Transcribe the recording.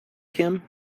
him